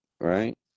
right